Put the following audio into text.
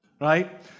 Right